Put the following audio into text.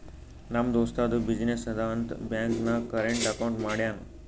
ನಮ್ ದೋಸ್ತದು ಬಿಸಿನ್ನೆಸ್ ಅದಾ ಅಂತ್ ಬ್ಯಾಂಕ್ ನಾಗ್ ಕರೆಂಟ್ ಅಕೌಂಟ್ ಮಾಡ್ಯಾನ್